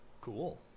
cool